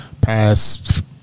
past